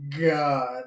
God